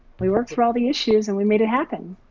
we worked through all the issues and we made it happen.